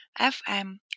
FM